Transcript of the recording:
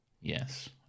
yes